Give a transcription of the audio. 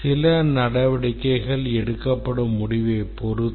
சில நடவடிக்கைகள் எடுக்கப்படும் முடிவைப் பொறுத்து